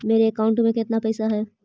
मेरे अकाउंट में केतना पैसा है?